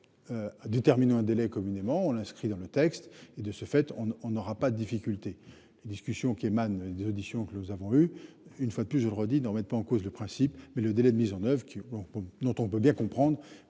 Déterminé un délai communément on l'inscrit dans le texte et de ce fait, on n'aura pas de difficulté des discussions qui émane des auditions que nous avons eu une fois de plus, je le redis, dans pas en cause le principe mais le délai de mise en oeuvre qui. Dont on peut bien comprendre